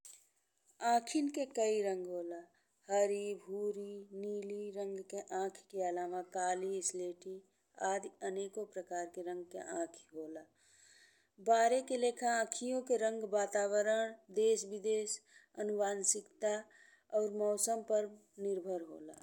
आँखों के कई रंग होला। हरी, भूरा, नीली रंग के आँखिगी के अलावा काली, स्लेटी आदि अनेको प्रकार के रंग के आँखी होला। बारे के लेखन, अँखियोँ के रंग वातावरण, देश-विदेश, आनुवंशिकता और मौसम पर निर्भर होला।